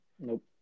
Nope